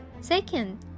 Second